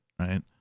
right